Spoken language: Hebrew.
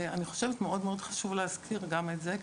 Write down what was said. אני חושב שמאוד מאוד חשוב להזכיר גם את זה,